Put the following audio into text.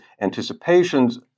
anticipations